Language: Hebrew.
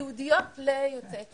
ייעודיות ליוצאי אתיופיה.